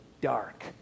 dark